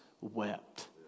wept